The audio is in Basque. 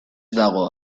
dago